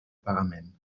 pagament